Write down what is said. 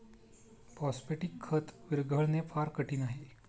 phosphatic खत विरघळणे फार कठीण आहे